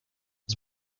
his